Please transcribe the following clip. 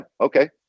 okay